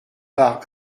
part